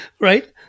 right